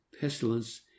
pestilence